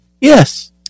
Yes